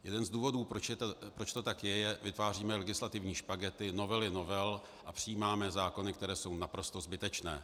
Jeden z důvodů, proč to tak je vytváříme legislativní špagety, novely novel, a přijímáme zákony, které jsou naprosto zbytečné.